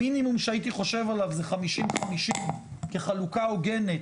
המינימום שהייתי חושב עליו זה 50:50 כחלוקה הוגנת